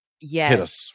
Yes